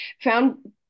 found